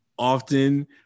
often